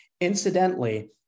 Incidentally